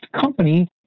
company